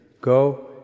Go